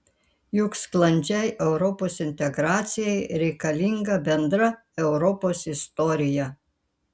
juk sklandžiai europos integracijai reikalinga bendra europos istorija